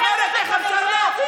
בכלל לא היית מדבר כאן.